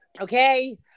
okay